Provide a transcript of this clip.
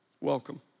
Welcome